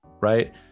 Right